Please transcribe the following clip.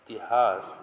इतिहास